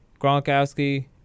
Gronkowski